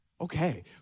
Okay